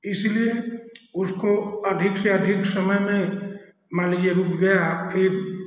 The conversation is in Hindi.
इसलिए उसको अधिक से अधिक समय में मान लीजिए रुक गया फिर